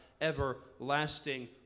everlasting